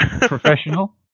Professional